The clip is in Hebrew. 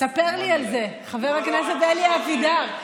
ספר לי על זה, חבר הכנסת אלי אבידר.